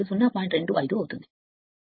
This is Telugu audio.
25 అవుతుంది